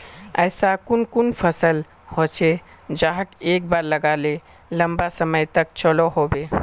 ऐसा कुन कुन फसल होचे जहाक एक बार लगाले लंबा समय तक चलो होबे?